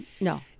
No